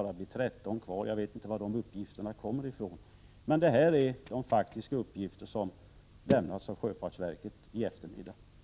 skulle bli 13 kvar. Jag vet inte var de uppgifterna kommer ifrån, men jag har här redovisat de faktiska uppgifter som lämnats av sjöfartsverket i eftermiddag.